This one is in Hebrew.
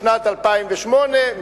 בשנת 2008,